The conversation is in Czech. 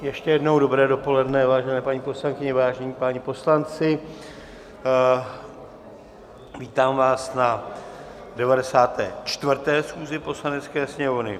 Ještě jednou dobré dopoledne, vážené paní poslankyně, vážení páni poslanci, vítám vás na 94. schůzi Poslanecké sněmovny.